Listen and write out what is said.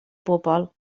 bobol